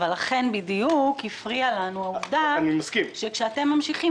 אבל לכן בדיוק הפריעה לנו העובדה שכאשר אתם ממשיכים